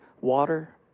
water